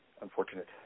Unfortunate